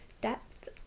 depth